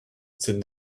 said